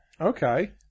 Okay